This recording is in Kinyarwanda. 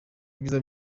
ibyiza